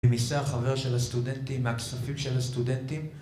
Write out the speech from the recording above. במיסי החבר של הסטודנטים, הכספים של הסטודנטים